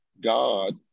God